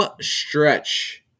stretch